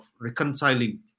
reconciling